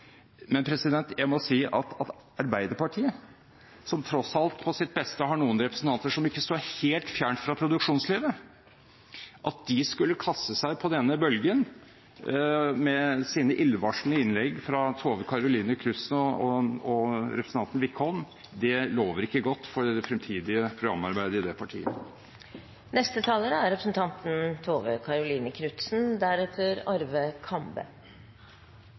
men jeg må si at det at Arbeiderpartiet, som tross alt på sitt beste har noen representanter som ikke står helt fjernt fra produksjonslivet, skulle kaste seg på denne bølgen med sine illevarslende innlegg fra Tove Karoline Knutsen og representanten Wickholm, lover ikke godt for det fremtidige programarbeidet i det partiet. Jeg synes det er